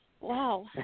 Wow